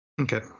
Okay